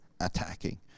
attacking